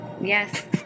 yes